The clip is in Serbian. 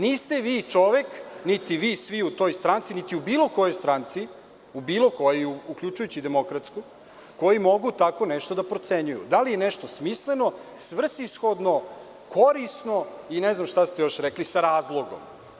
Niste vi čovek, niti vi svi u toj stranci, niti u bilo kojoj stranci, uključujući i demokratsku, koji mogu tako nešto da procenjuju - da li je nešto smisleno, svrsishodno, korisno i ne znam šta ste još rekli, sa razlogom.